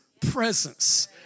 presence